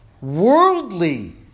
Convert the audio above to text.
worldly